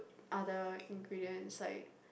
other ingredients like